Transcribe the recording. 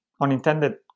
unintended